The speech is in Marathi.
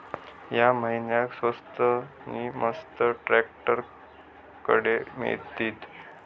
या महिन्याक स्वस्त नी मस्त ट्रॅक्टर खडे मिळतीत?